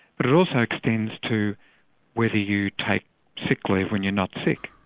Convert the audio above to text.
but it also extends to whether you take sick leave when you're not sick,